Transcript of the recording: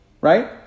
right